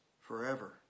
forever